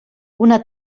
una